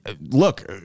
look